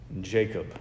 Jacob